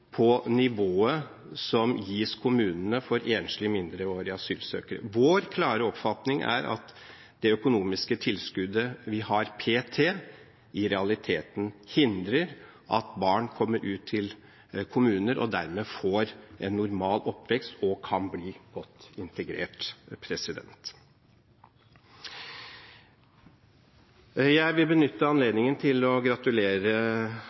på nivået som gis kommunene for enslige mindreårige asylsøkere. Vår klare oppfatning er at det økonomiske tilskuddet vi har p.t., i realiteten hindrer at barn kommer ut til kommuner og dermed får en normal oppvekst og kan bli godt integrert. Jeg vil benytte anledningen til å gratulere